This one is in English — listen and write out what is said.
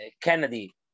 Kennedy